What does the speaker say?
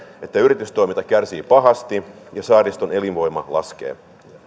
että yritystoiminta kärsii pahasti ja saariston elinvoima laskee